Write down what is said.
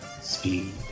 Speed